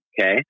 okay